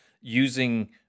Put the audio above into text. using